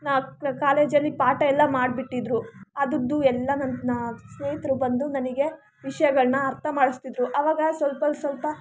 ಕಾಲೇಜಲ್ಲಿ ಪಾಠ ಎಲ್ಲ ಮಾಡ್ಬಿಟ್ಟಿದ್ರು ಅದರದ್ದೂ ಎಲ್ಲ ನನ್ನ ಸ್ನೇಹಿತರು ಬಂದು ನನಗೆ ವಿಷಯಗಳನ್ನ ಅರ್ಥ ಮಾಡಿಸ್ತಾಯಿದ್ರು ಅವಾಗ ಸ್ವಲ್ಪ ಸ್ವಲ್ಪ